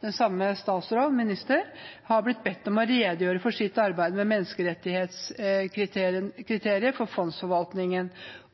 den samme statsråd har blitt bedt om å redegjøre for sitt arbeid med menneskerettighetskriterier for fondsforvaltningen,